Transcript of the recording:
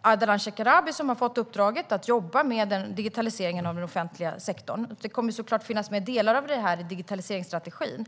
Ardalan Shekarabi som har fått uppdraget att jobba med digitaliseringen av den offentliga sektorn, och delar av det kommer såklart att finnas med i digitaliseringsstrategin.